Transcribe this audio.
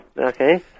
Okay